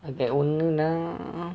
okay ஒண்ணுன்னா:onnunnaa